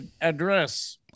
address